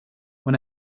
when